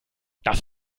das